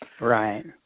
Right